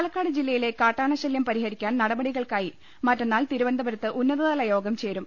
പാലക്കാട് ജില്ലയിലെ കാട്ടാന് ശല്യം പരിഹരിക്കാൻ നടപടികൾക്കായി മറ്റന്നാൾ തിരുവനന്ത്പുരത്ത് ഉന്നതതല യോഗം ചേരും